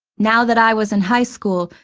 now that i was in high school,